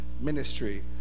ministry